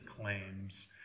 claims